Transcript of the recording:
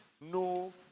no